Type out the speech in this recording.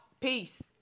Peace